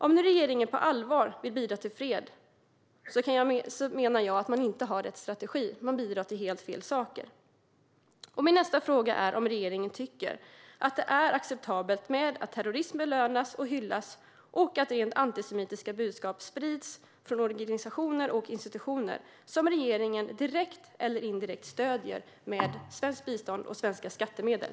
Om regeringen på allvar vill bidra till fred menar jag att den inte har rätt strategi. Man bidrar till helt fel saker. Min nästa fråga är om regeringen tycker att det är acceptabelt att terrorism belönas och hyllas och att rent antisemitiska budskap sprids från organisationer och institutioner som regeringen direkt eller indirekt stöder med svenskt bistånd och svenska skattemedel.